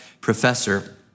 professor